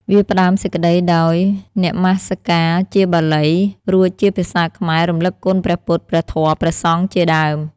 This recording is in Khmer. វាផ្តើមសេចក្តីដោយនមស្ការជាបាលី រួចជាភាសាខ្មែររំលឹកគុណព្រះពុទ្ធ ព្រះធម៌ ព្រះសង្ឃជាដើម។